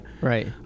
Right